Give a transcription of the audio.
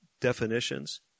definitions